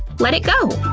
let it go.